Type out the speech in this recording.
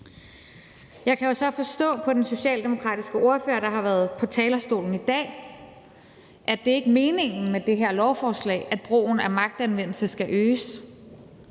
Jeg kan jo så forstå på den socialdemokratiske ordfører, der har været på talerstolen i dag, at det ikke er meningen med det her lovforslag, at brugen af magtanvendelse skal øges.